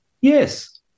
Yes